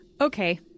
Okay